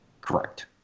Correct